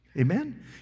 Amen